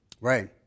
Right